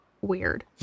weird